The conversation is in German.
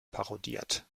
parodiert